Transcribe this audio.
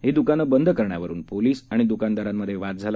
ही द्रकानं बंद करण्यावरून पोलीस आणि द्रकानदारांमधे वाद झाला